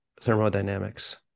thermodynamics